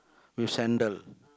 with sandal